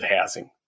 housing